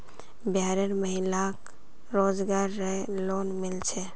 बिहार र महिला क रोजगार रऐ लोन मिल छे